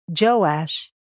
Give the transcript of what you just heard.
Joash